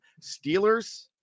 Steelers